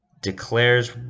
Declares